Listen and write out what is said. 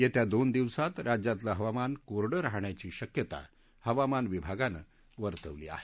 येत्या दोन दिवसात राज्यातलं हवामान कोरडं राहण्याची शक्यता हवामान विभागानं वर्तवली आहे